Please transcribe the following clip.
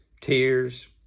Tears